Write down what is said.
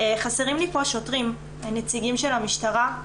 חסרים לי פה שוטרים, נציגים של המשטרה,